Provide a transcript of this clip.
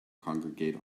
congregate